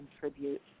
contribute